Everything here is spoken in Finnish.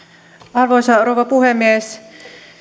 arvoisa rouva puhemies